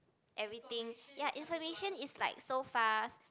everything ya information is like so fast